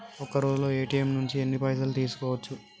ఒక్కరోజులో ఏ.టి.ఎమ్ నుంచి ఎన్ని పైసలు తీసుకోవచ్చు?